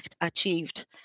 achieved